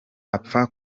apfa